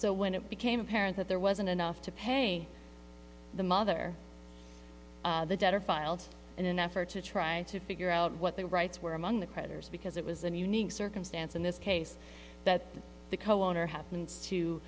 so when it became apparent that there wasn't enough to pay the mother the debtor filed in an effort to try to figure out what their rights were among the creditors because it was an unique circumstance in this case that the cohen or happens to